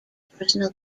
personal